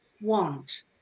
want